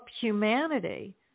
humanity